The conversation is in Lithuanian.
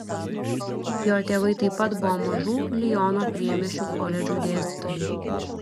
jo tėvai taip pat buvo mažų liono priemiesčių koledžų dėstytojai